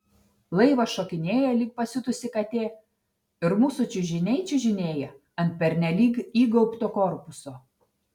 laivas šokinėja lyg pasiutusi katė ir mūsų čiužiniai čiužinėja ant pernelyg įgaubto korpuso